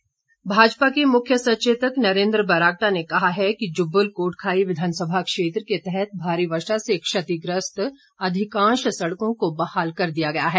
बरागटा भाजपा के मुख्य सचेतक नरेन्द्र बरागटा ने कहा है कि जुब्बल कोटखाई विधानसभा क्षेत्र के तहत भारी वर्षा से क्षतिग्रस्त अधिकांश सड़कों को बहाल कर दिया गया है